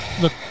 Look